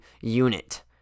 unit